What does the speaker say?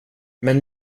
men